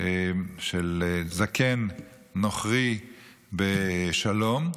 של זקן נוכרי בשלום,